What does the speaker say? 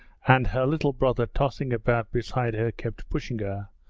and her little brother tossing about beside her kept pushing her,